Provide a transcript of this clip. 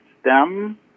STEM